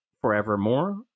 forevermore